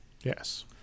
yes